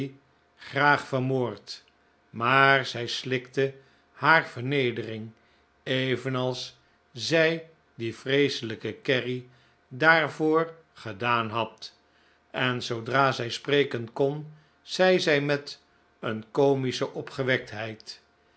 graag vermoord maar zij slikte haar vernedering evenals zij die vreeselijke kerry daarvoor gedaan had en zoodra zij spreken kon zei zij met een komische